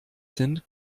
sind